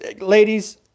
ladies